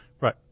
Right